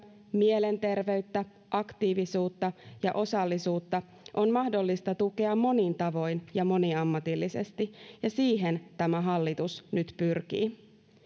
mielenterveyttä aktiivisuutta ja osallisuutta on mahdollista tukea monin tavoin ja moniammatillisesti ja siihen tämä hallitus nyt pyrkii